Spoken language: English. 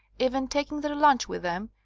even taking their lunch with them,